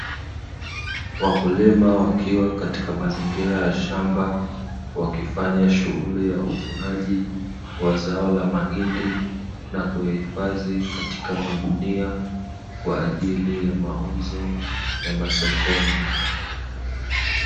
Wakulima wakiwa katika mazingira ya shamba wakifanya shughuli ya uvunaji wa zao la mahindi na kuyahifadhi katika magunia kwa ajili ya mauzo ya masokoni .